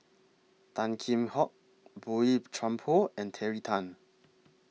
Tan Kheam Hock Boey Chuan Poh and Terry Tan